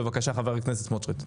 בבקשה, חבר הכנסת סמוטריץ'.